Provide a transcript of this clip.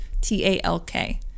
T-A-L-K